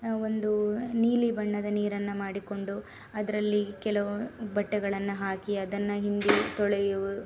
ಒಂದು ನೀಲಿ ಬಣ್ಣದ ನೀರನ್ನು ಮಾಡಿಕೊಂಡು ಅದರಲ್ಲಿ ಕೆಲವು ಬಟ್ಟೆಗಳನ್ನು ಹಾಕಿ ಅದನ್ನು ಹಿಂಡಿ ತೊಳೆಯುವ